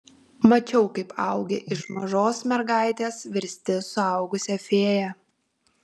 mačiau kaip augi iš mažos mergaitės virsti suaugusia fėja